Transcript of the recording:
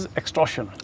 extortion